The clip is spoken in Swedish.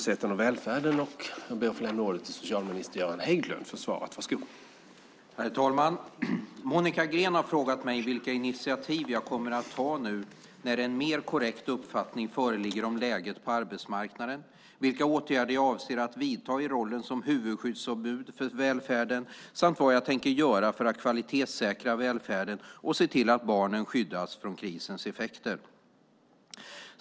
Herr talman! Monica Green har frågat mig vilka initiativ jag kommer att ta nu när en mer korrekt uppfattning föreligger om läget på arbetsmarknaden, vilka åtgärder jag avser att vidta i rollen som "huvudskyddsombud" för välfärden samt vad jag tänker göra för att för att kvalitetssäkra välfärden och se till att barnen skyddas från krisens effekter.